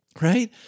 right